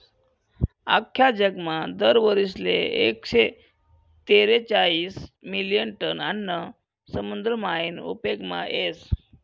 आख्खा जगमा दर वरीसले एकशे तेरेचायीस मिलियन टन आन्न समुद्र मायीन उपेगमा येस